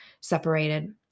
separated